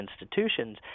institutions